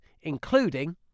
including